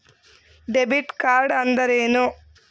Debit ಕಾರ್ಡ್ಅಂದರೇನು?